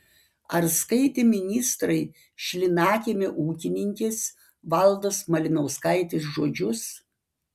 ar skaitė ministrai šlynakiemio ūkininkės valdos malinauskaitės žodžius